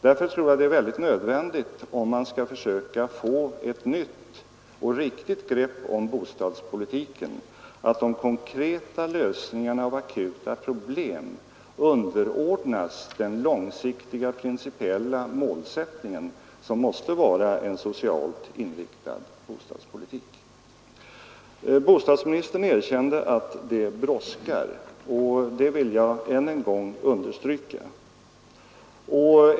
Därför tror jag att det är nödvändigt, om man skall få ett nytt och riktigt grepp om bostadspolitiken, att de konkreta lösningarna av akuta problem underordnas den långsiktiga principiella målsättningen, som måste vara en socialt inriktad bostadspolitik. Bostadsministern erkände att det brådskar, och det vill jag än en gång understryka.